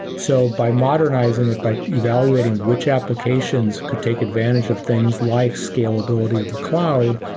so by modernizing it, by evaluating which applications could take advantage of things like scalability of the cloud,